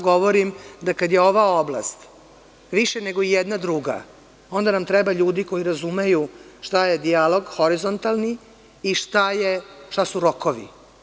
Govorim vam samo da kada je ova oblast više nego ijedna druga, onda nam treba ljudi koji razumeju šta je dijalog horizontalni i šta su rokovi.